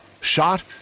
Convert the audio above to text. shot